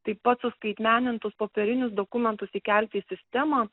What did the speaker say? taip pat suskaitmenintus popierinius dokumentus įkelti į sistemą